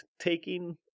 taking